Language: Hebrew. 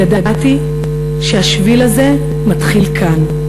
ידעתי שהשביל הזה מתחיל כאן.